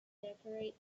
decorate